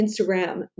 instagram